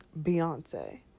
Beyonce